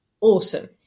awesome